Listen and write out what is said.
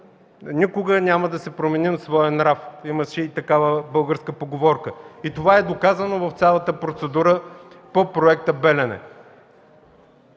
никога няма да променим своя нрав. Имаше и такава българска поговорка. Това е доказано в цялата процедура по Проекта „Белене”.